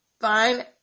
Fine